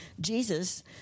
Jesus